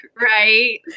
Right